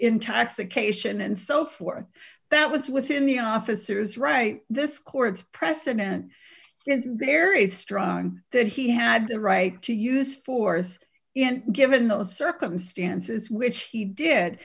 intoxication and so forth that was within the officers right this court's president is very strong that he had the right to use force and given those circumstances which he did